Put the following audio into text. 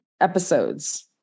episodes